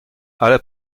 ale